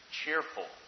cheerful